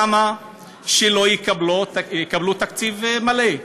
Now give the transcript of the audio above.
למה שלא יקבלו תקציב מלא?